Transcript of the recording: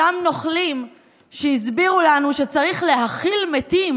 אותם נוכלים שהסבירו לנו שצריך להכיל מתים,